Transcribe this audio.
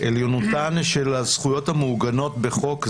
עליונותן של הזכויות המעוגנות בחוק זה,